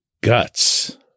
guts